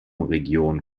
region